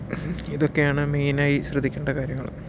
ഇതൊക്കെയാണ് മെയിൻ ആയി ശ്രദ്ധിക്കേണ്ട കാര്യങ്ങള്